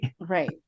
right